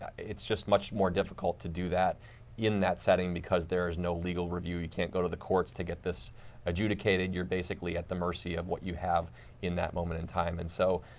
it's just much more difficult to do that in that setting because there is no legal review. can't go to the courts to get this adjudicated. you're basically at the mercy of what you have in that moment in time. and so,